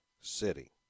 city